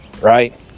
right